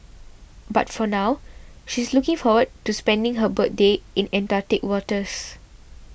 but for now she is looking forward to spending her birthday in Antarctic waters